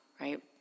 right